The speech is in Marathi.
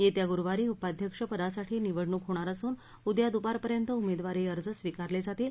येत्या गुरुवारी उपाध्यक्ष पदासाठी निवडणूक होणार असून उद्या दुपारपर्यंत उमेदवारी अर्ज स्वीकारले जातील